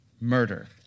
murder